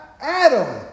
Adam